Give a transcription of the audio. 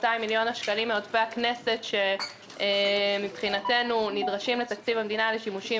200 מיליון השקלים מעודפי הכנסת שמבחינתנו נדרשים לתקציב המדינה לשימושים